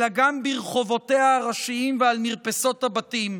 אלא גם ברחובותיה הראשיים ועל מרפסות הבתים.